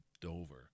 Dover